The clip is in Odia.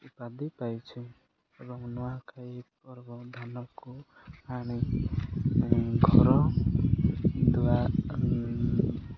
ଉପାଧି ପାଇଛୁ ଏବଂ ନୂଆଖାଇ ପର୍ବ ଧାନକୁ ଆଣି ଘର ଦୁଆ